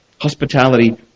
Hospitality